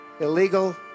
illegal